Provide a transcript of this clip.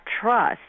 trust